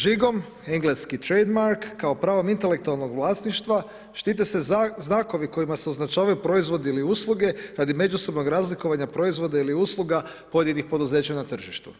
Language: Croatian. Žigom, engleski trademark kao pravom intelektualnog vlasništva štite se znakovi kojima se označavaju proizvodi ili usluge radi međusobnog razlikovanja proizvoda ili usluga pojedinih poduzeća na tržištu.